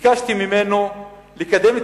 וביקשתי ממנו לקדם את